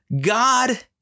God